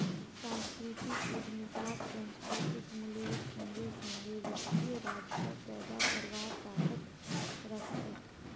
सांस्कृतिक उद्यमितात सांस्कृतिक मूल्येर संगे संगे वित्तीय राजस्व पैदा करवार ताकत रख छे